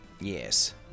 Yes